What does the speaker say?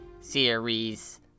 series